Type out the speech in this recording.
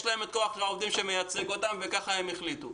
יש להם את כוח לעובדים שמייצג אותם וכך הם החליטו.